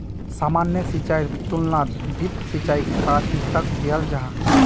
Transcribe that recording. सामान्य सिंचाईर तुलनात ड्रिप सिंचाईक प्राथमिकता दियाल जाहा